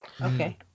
Okay